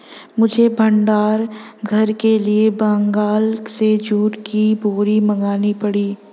मुझे भंडार घर के लिए बंगाल से जूट की बोरी मंगानी पड़ी